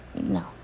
no